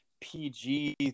PG